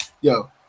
Yo